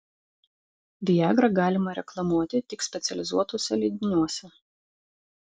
viagrą galima reklamuoti tik specializuotuose leidiniuose